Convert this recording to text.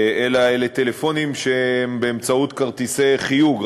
אלא אלה טלפונים שהם באמצעות כרטיסי חיוג,